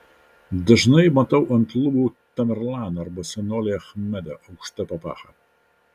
dažnai matau ant lubų tamerlaną arba senolį achmedą aukšta papacha